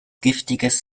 giftiges